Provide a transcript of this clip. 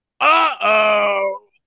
Uh-oh